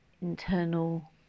internal